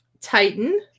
Titan